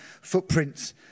footprints